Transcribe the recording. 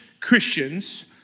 Christians